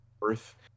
worth